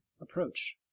approach